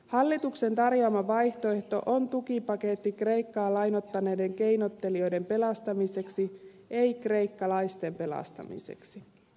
hallituksen tarjoama vaihtoehto on tukipaketti kreikkaa lainottaneiden keinottelijoiden pelastamiseksi ei kreikkalaisten pelastamiseksi